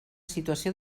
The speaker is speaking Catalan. situació